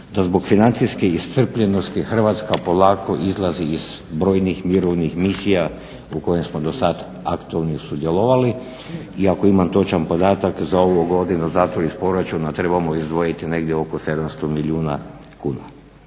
da zbog financijske iscrpljenosti Hrvatska polako izlazi iz brojnih mirovnih misija u kojem smo do sad aktualno sudjelovali. I ako imam točan podatak za ovu godinu zato iz proračuna trebamo izdvojiti negdje oko 700 milijuna kuna.